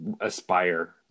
aspire